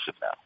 now